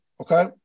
Okay